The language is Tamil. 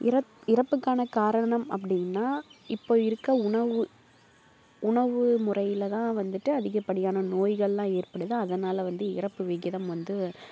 இறப்பு இறப்புக்கான காரணம் அப்படீன்னா இப்போ இருக்கற உணவு உணவு முறையில் தான் வந்துட்டு அதிகபடியான நோய்களெலாம் ஏற்படுது அதனால் வந்து இறப்பு விகிதம் வந்து